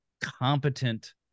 competent